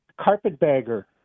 Carpetbagger